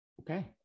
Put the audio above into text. Okay